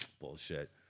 Bullshit